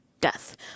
death